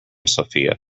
sofia